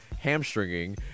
hamstringing